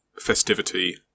festivity